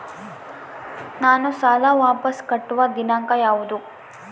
ನಾನು ಸಾಲ ವಾಪಸ್ ಕಟ್ಟುವ ದಿನಾಂಕ ಯಾವುದು?